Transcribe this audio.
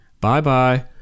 Bye-bye